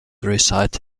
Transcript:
reside